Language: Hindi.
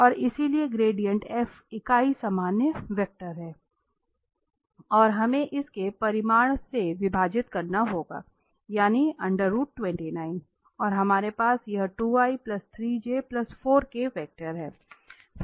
तो और इसलिए ग्रेडिएंट f इकाई सामान्य वेक्टर है और हमें इसके परिमाण से विभाजित करना होगा यानी और हमारे पास यह वेक्टर है